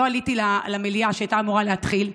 לא עליתי למליאה שהייתה אמורה להתחיל,